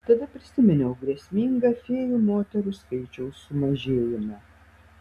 tada prisiminiau grėsmingą fėjų moterų skaičiaus sumažėjimą